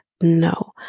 no